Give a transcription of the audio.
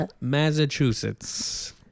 Massachusetts